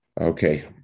Okay